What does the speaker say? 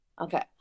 Okay